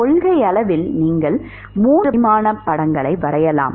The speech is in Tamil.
கொள்கையளவில் நீங்கள் 3 பரிமாண படங்களை வரையலாம்